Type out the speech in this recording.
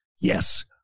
Yes